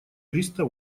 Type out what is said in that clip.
триста